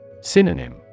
Synonym